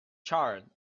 charred